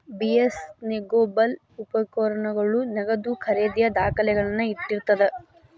BS negotiable ಉಪಕರಣಗಳ ನಗದು ಖರೇದಿಯ ದಾಖಲೆಗಳನ್ನ ಇಟ್ಟಿರ್ತದ